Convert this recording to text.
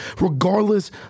regardless